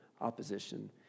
opposition